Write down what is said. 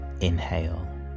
inhale